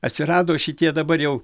atsirado šitie dabar jau